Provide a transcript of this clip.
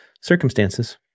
circumstances